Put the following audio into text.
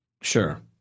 Sure